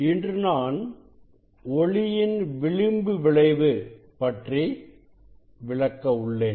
இன்று நான் ஒளியின் விளிம்பு விளைவு பற்றி விளக்க உள்ளேன்